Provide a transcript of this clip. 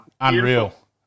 Unreal